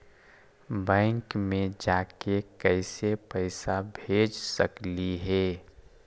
Bank मे जाके कैसे पैसा भेज सकली हे?